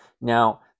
Now